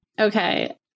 Okay